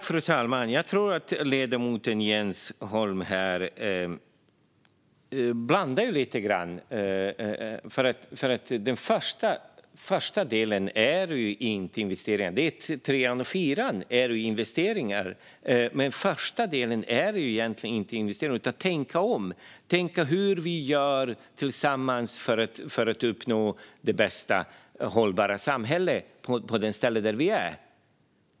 Fru talman! Jag tror att ledamoten Jens Holm blandar ihop det hela lite grann. Den första delen innebär inte investeringar. Det är steg 3 och steg 4 som handlar om investeringar. Den första delen handlar inte om investeringar utan om att tänka om och tänka på hur vi tillsammans gör för att uppnå det bästa hållbara samhället där vi är.